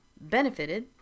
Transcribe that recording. benefited